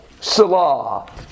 Salah